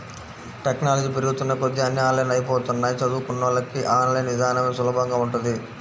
technology పెరుగుతున్న కొద్దీ అన్నీ ఆన్లైన్ అయ్యిపోతన్నయ్, చదువుకున్నోళ్ళకి ఆన్ లైన్ ఇదానమే సులభంగా ఉంటది